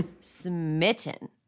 smitten